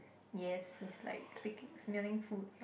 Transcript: yes it's like picking smelling food